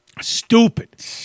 stupid